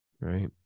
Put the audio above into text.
Right